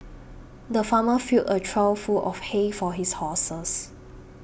the farmer filled a trough full of hay for his horses